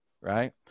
right